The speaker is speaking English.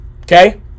Okay